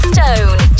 Stone